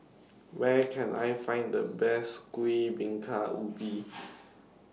Where Can I Find The Best Kuih Bingka Ubi